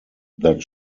that